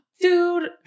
dude